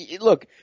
Look